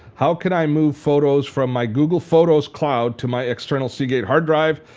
how can i move photos from my google photos cloud to my external seagate hard drive?